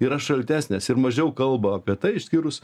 yra šaltesnės ir mažiau kalba apie tai išskyrus